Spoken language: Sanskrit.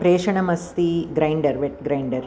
प्रेषणमस्ति ग्रैण्डर् वेट् ग्रैण्डर्